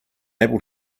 able